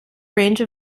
range